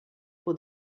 pour